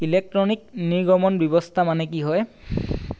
electronic নিৰ্গমন ব্যৱস্থা মানে কি হয়